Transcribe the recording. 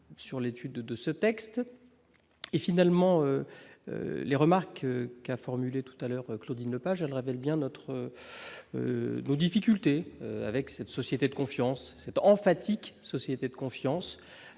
sur l'étude de ce texte et finalement les remarques qu'a formulées tout à l'heure, Claudine pas aimerais révèle bien notre nos difficultés avec cette société de confiance c'est emphatique, société de confiance,